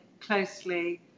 closely